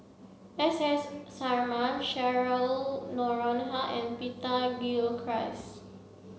S S Sarma Cheryl Noronha and Peter Gilchrist